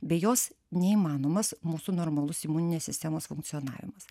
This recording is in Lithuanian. be jos neįmanomas mūsų normalus imuninės sistemos funkcionavimas